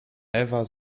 ewa